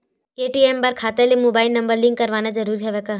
ATM बर खाता ले मुबाइल नम्बर लिंक करवाना ज़रूरी हवय का?